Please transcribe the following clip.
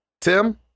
Tim